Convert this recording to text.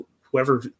whoever